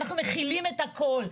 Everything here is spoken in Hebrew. אנחנו מכילים את הכול.